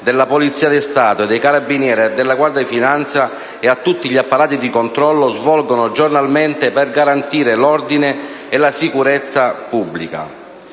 della Polizia di Stato, dei Carabinieri e della Guardia di finanza e tutti gli apparati di controllo svolgono giornalmente per garantire l'ordine e la sicurezza pubblica.